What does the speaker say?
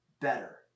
better